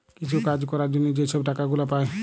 কিছু কাজ ক্যরার জ্যনহে যে ছব টাকা গুলা পায়